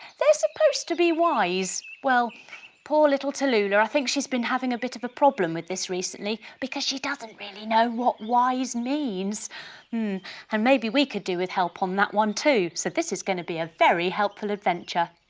they're supposed to be wise. well poor little tallulah i think she's been having a bit of a problem with this recently because she doesn't really know what wise means. mmm and maybe we could do with help on that one too! so this is going to be a very helpful adventure.